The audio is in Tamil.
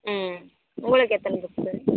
ம் உங்களுக்கு எத்தனை புக்ஸு